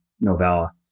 novella